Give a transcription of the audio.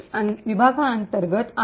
text विभागांतर्गत आहे